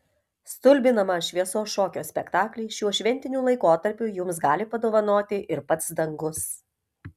stulbinamą šviesos šokio spektaklį šiuo šventiniu laikotarpiu jums gali padovanoti ir pats dangus